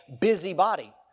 busybody